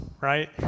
right